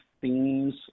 themes